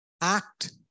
act